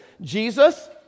Jesus